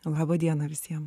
laba diena visiems